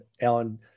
Alan